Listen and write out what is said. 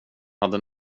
hade